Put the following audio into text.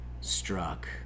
struck